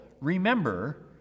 remember